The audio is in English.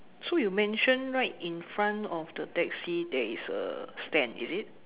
so you mention right in front of the taxi there is a stand is it